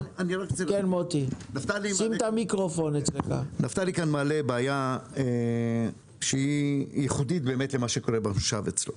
--- נפתלי מעלה כאן בעיה שהיא ייחודית למה שקורה אצלו במושב.